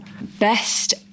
Best